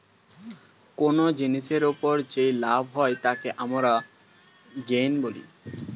কোন জিনিসের ওপর যেই লাভ হয় তাকে আমরা গেইন বলি